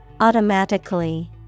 Automatically